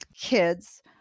kids